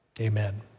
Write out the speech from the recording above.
Amen